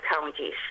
counties